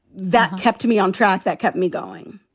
that kept me on track. that kept me going